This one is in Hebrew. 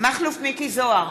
מכלוף מיקי זוהר,